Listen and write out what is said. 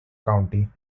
county